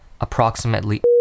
approximately